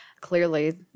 clearly